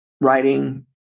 writing